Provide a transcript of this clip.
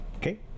Okay